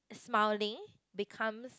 smiling becomes